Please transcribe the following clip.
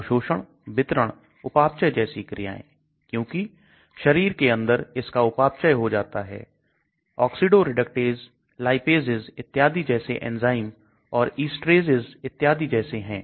अवशोषण वितरण उपापचय जैसी क्रियाएं क्योंकि शरीर के अंदर इसका उपापचय हो जाता है Oxidoreductase lipases इत्यादि जैसे एंजाइम और Esterases इत्यादि जैसे हैं